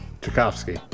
Tchaikovsky